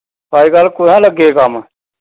अज्ज कल कुत्थै लगे दे कम्म